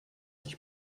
sich